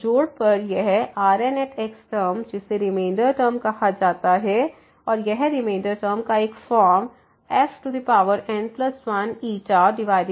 तो जोड़ पर यह Rn टर्म जिसे रिमेंडर टर्म कहा जाता है और यह रिमेंडर टर्म का एक फॉर्म fn1n1